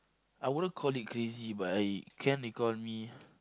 I wouldn't call it crazy but I can they call me